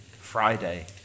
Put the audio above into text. Friday